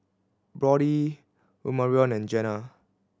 Brodie Omarion and Jena